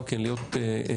גם כן להיות קצרים,